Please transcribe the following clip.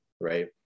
right